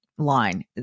Line